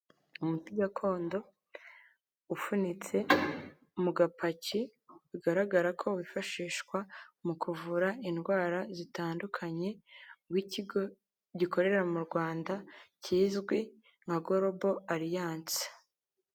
Umuti gakondo ufunitse mu gapaki, bigaragara ko wifashishwa mu kuvura indwara zitandukanye w'ikigo gikorera mu Rwanda kizwi nka golobo alianse.